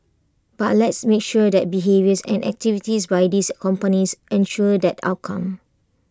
but let's make sure that behaviours and activities by these companies ensure that outcome